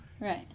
Right